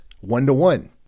one-to-one